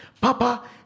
Papa